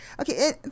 okay